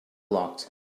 blocked